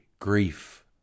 Grief